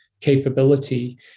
capability